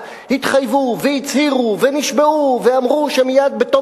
התחייבו והצהירו ונשבעו ואמרו שמייד בתום